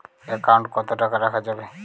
Account কত টাকা রাখা যাবে?